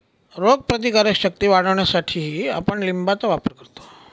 रोगप्रतिकारक शक्ती वाढवण्यासाठीही आपण लिंबाचा वापर करतो